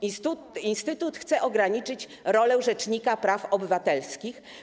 Instytut chce ograniczyć rolę rzecznika praw obywatelskich.